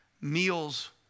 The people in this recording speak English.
meals